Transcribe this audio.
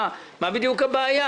מה בדיוק הבעיה?